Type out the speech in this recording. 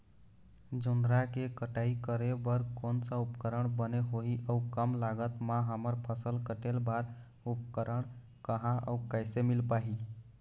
जोंधरा के कटाई करें बर कोन सा उपकरण बने होही अऊ कम लागत मा हमर फसल कटेल बार उपकरण कहा अउ कैसे मील पाही?